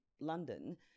London